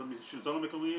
אז השלטון המקומי,